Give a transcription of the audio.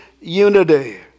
unity